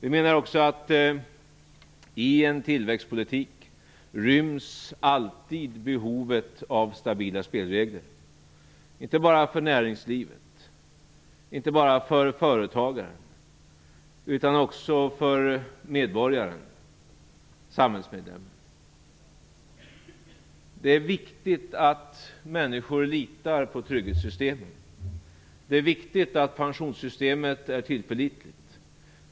Vi menar också att det i en tillväxtpolitik alltid ryms ett behov av stabila spelregler, inte bara för näringslivet och företagaren utan också för samhällsmedborgaren. Det är viktigt att människor litar på trygghetssystemen. Det är viktigt att pensionssystemet är tillförlitligt.